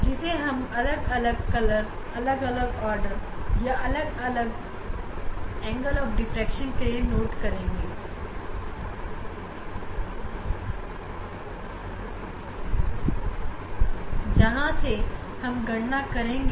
यहां हम अलग अलग आर्डर के अलग अलग रंग पर लिए आए डिफ़्रैक्शन के कोण के मूल्य को भी लिख लेंगे और इस प्रकार से ƛ निकाल लेंगे